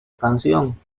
canción